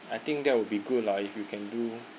I think that would be good lah if you can do